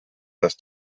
das